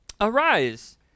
Arise